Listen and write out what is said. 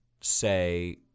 say –